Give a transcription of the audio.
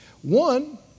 One